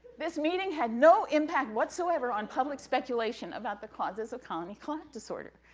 this meeting had no impact whatsoever on public speculation about the causes of colony collapse disorder.